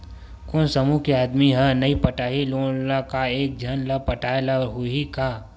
कोन समूह के आदमी हा नई पटाही लोन ला का एक झन ला पटाय ला होही का?